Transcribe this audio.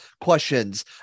questions